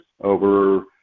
over